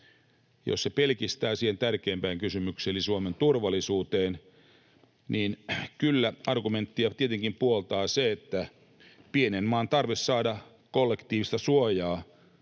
jos sen pelkistää siihen tärkeimpään kysymykseen eli Suomen turvallisuuteen, niin kyllä-argumenttia tietenkin puoltaa pienen maan tarve saada kollektiivista suojaa,